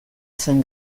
zen